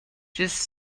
just